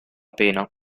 pena